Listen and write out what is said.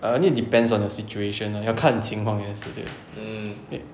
err I think depends on the situation ah 要看情况也是对对